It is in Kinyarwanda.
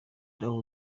naho